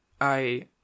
I